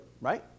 right